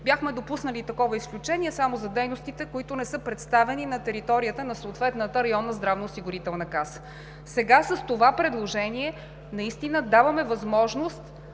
Бяхме допуснали такова изключение само за дейностите, които не са представени на територията на съответната районна здравноосигурителна каса. Сега с това предложение даваме възможност